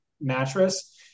mattress